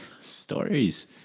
Stories